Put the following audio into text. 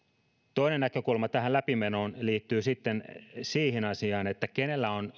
toinen näkökulma tähän läpimenoon liittyy sitten siihen asiaan kenellä on